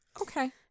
Okay